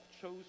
chose